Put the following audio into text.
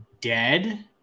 dead